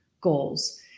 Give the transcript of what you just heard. goals